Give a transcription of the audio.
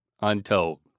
untold